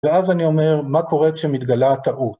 ואז אני אומר, מה קורה כשמתגלה טעות?